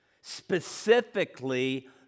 specifically